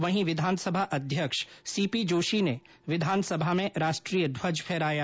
वहीं विधानसभा अध्यक्ष सीपी जोशी ने विधानसभा में राष्ट्रीय ध्वज फहराया